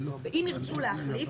ואם ירצו להחליף,